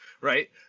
right